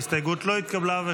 ההסתייגות לא התקבלה.